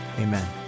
amen